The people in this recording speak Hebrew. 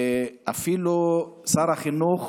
את שר החינוך